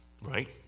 right